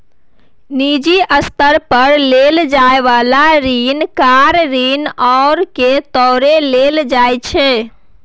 निजी स्तर पर लेल जाइ बला ऋण कार ऋण आर के तौरे लेल जाइ छै